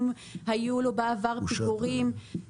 אם היו לו בעבר פיגורים,